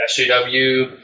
SJW